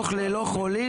דוח ללא חולים?